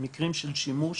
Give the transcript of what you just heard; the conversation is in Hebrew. במקרים של שימוש,